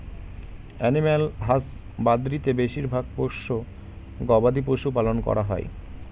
animal husbandry তে বেশিরভাগ পোষ্য গবাদি পশু পালন করা হয়